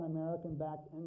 American-backed